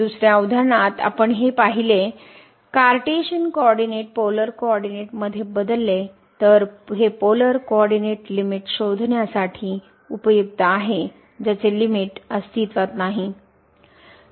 दुसर्या उदाहरणात आपण हे पाहिले cartesian coordinate polar coordinate मध्ये बदलले तर हे पोलर कोऑरडीनेट लिमिट शोधण्यासाठी उपयुक्त आहे ज्याचे लिमिट अस्तित्वात नाही